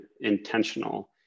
intentional